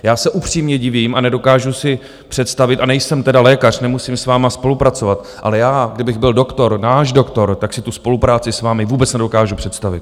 Já se upřímně divím a nedokážu si představit a nejsem teda lékař, nemusím s vámi spolupracovat, ale já, kdybych byl doktor, náš doktor, tak si tu spolupráci s vámi vůbec nedokážu představit.